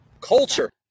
Culture